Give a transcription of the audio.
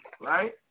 Right